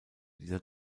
dieser